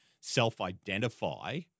self-identify